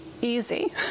Easy